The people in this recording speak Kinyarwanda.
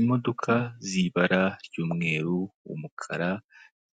Imodoka z'ibara ry'umweru umukara